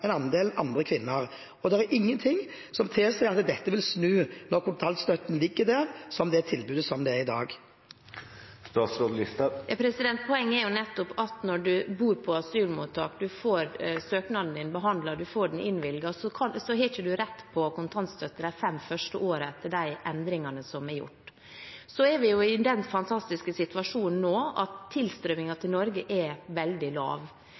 enn andelen andre kvinner, og det er ingenting som tilsier at dette vil snu når kontantstøtten ligger der som det tilbudet det er i dag. Poenget er nettopp at når man bor på asylmottak, får søknaden sin behandlet og får den innvilget, så har man ikke rett på kontantstøtte de fem første årene etter de endringene som er gjort. Vi er i den fantastiske situasjonen nå at tilstrømmingen til Norge er veldig lav.